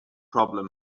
problem